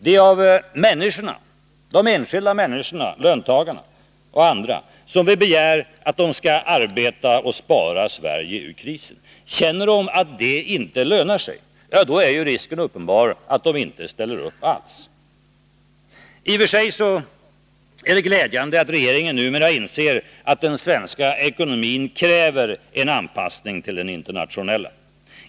Det är av de enskilda människorna, löntagarna och andra, som vi begär att de skall arbeta och spara Sverige ur krisen. Känner de att det inte lönar sig, ja, då är risken uppenbar att de inte ställer upp alls. I och för sig är det glädjande att regeringen numera inser att den svenska ekonomin kräver en anpassning till den internationella.